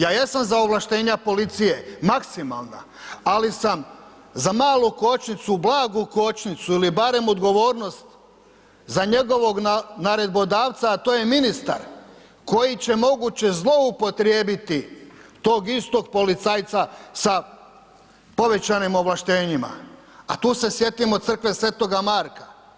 Ja jesam za ovlaštenja policije maksimalna, ali sam za malu kočnicu, blagu kočnicu ili barem odgovornost naredbodavca a to je ministar koji će moguće zloupotrijebiti tog istog policajca sa povećanim ovlaštenjima a tu se sjetimo crkve sv. Marka.